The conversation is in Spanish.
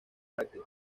práctica